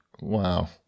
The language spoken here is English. Wow